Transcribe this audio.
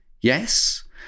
yes